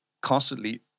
constantly